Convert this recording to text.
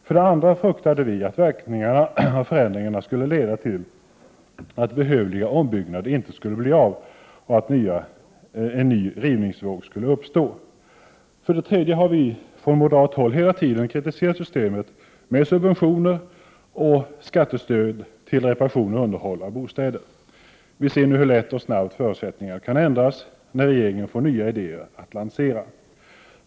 För det andra fruktade vi att verkningarna av förändringarna skulle leda till att behövliga ombyggnader inte skulle bli av och att en ny rivningsvåg skulle uppstå. För det tredje har vi från moderat håll hela tiden kritiserat systemet med subventioner och skattestöd till reparationer och underhåll av bostäder. Vi ser nu hur lätt och snabbt förutsättningarna kan ändras när regeringen får nya idéer att lansera.